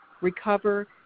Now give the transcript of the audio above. recover